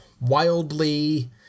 wildly